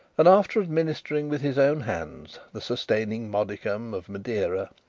and after administering with his own hands the sustaining modicum of madeira,